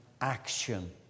action